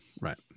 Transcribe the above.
right